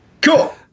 Cool